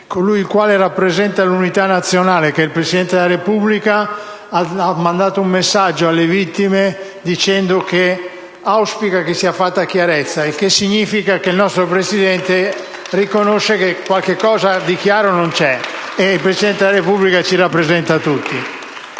colui il quale rappresenta l'unità nazionale, cioè il Presidente della Repubblica, ha inviato un messaggio ai familiari delle vittime, auspicando che sia fatta chiarezza. Ciò significa che il nostro Presidente riconosce che qualcosa di non chiaro c'è, ed il Presidente della Repubblica ci rappresenta tutti.